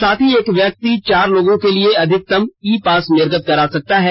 साथ ही एक व्यक्ति चार लोगों के लिए अधिकतम ई पास निर्गत करा सकता है